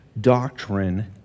doctrine